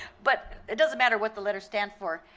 but it doesn't matter what the letter stands for.